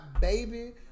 baby